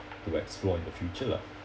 to explore in the future lah